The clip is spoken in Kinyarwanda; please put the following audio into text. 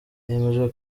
hemejwe